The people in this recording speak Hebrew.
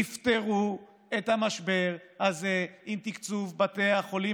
תפתרו את המשבר הזה עם תקצוב בתי החולים